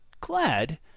glad